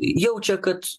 jaučia kad